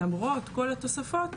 למרות כל התוספות,